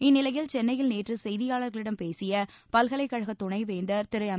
இந்நிலையில் சென்னையில் நேற்று செய்தியாளர்களிடம் பேசிய பல்கலைக் கழக துணைவேந்தர் திரு எம்